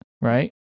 right